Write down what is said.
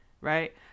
right